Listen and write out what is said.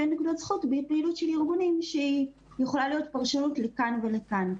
נקודות זכות על פעילות בארגונים שיכולה להיות פרשנות לגביהם לכאן ולכאן?